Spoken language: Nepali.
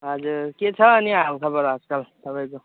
हजुर के छ अनि हालखबर आजकल तपाईँको